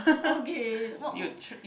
okay